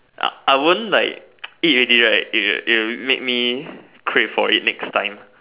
I I won't like eat already right it it will make me crave for it next time